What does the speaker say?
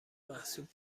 محسوب